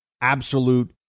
absolute